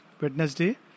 Wednesday